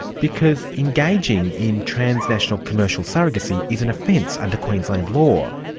because engaging in transnational commercial surrogacy is an offence under queensland law.